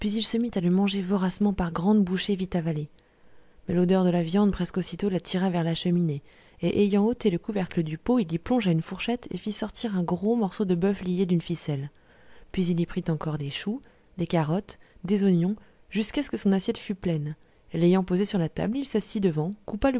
se mit à le manger voracement par grandes bouchées vite avalées mais l'odeur de la viande presque aussitôt l'attira vers la cheminée et ayant ôté le couvercle du pot il y plongea une fourchette et fit sortir un gros morceau de boeuf lié d'une ficelle puis il prit encore des choux des carottes des oignons jusqu'à ce que son assiette fût pleine et l'ayant posée sur la table il s'assit devant